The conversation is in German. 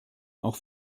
auch